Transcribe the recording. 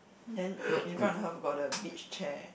then in front of her got the beach chair